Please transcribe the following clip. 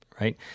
right